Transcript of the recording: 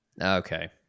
Okay